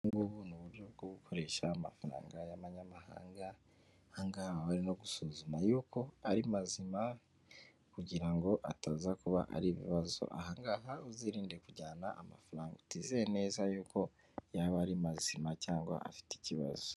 Ubu ni uburyo bwo gukoresha amafaranga y'amanyamahanga ahangaha barimo no gusuzuma yuko ari mazima kugira ngo ataza kuba ari ibibazo, ahangaha uzirinde kujyana amafaranga utizeye neza yuko yaba ari mazima cyangwa afite ikibazo.